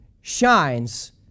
shines